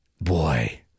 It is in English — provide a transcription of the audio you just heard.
Boy